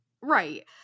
Right